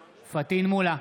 מולא,